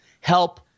help